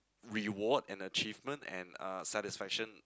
reward and achievement and uh satisfaction